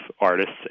artists